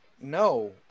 no